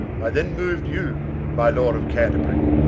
i then mou'd you, my lord of canterbury,